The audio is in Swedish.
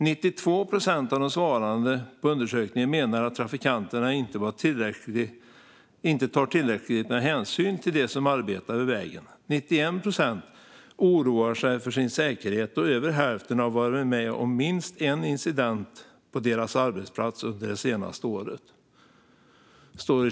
92 procent av de svarande på undersökningen menar att trafikanterna inte tar tillräckligt med hänsyn till de som arbetar vid vägen, 91 procent oroar sig för sin säkerhet och över hälften har varit med om minst en incident på deras arbetsplats under det senaste året."